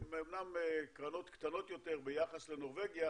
הן אמנם קרנות קטנות יותר ביחס לנורבגיה,